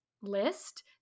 list